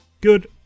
Good